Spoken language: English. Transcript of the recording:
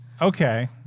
Okay